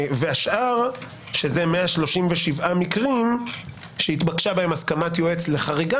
השאר שזה 137 מקרים שהתבקשה בהם הסכמת יועץ לחריגה,